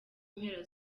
mpera